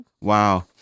Wow